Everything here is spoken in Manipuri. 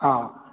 ꯑꯥ